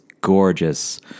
gorgeous